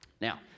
Now